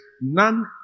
none